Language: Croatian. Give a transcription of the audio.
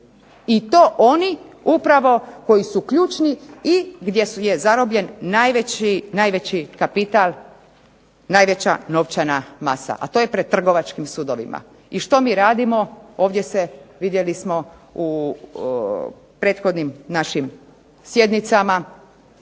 i to oni koji su ključni i gdje je zarobljen najveći kapital, najveća novčana masa, a to je pred trgovačkim sudovima. I što mi radimo, ovdje se u prethodnim našim sjednicama,